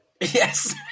Yes